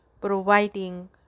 providing